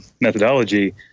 methodology